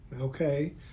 okay